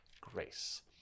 grace